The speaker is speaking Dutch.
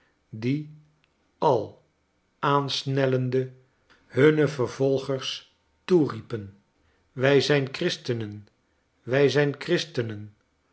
die al aansnellende hunne vervoigers toeriepen wij zijn christenen wij zijn christenen